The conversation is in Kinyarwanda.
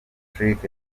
patrick